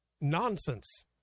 nonsense